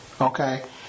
Okay